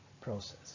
process